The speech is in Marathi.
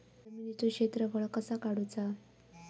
जमिनीचो क्षेत्रफळ कसा काढुचा?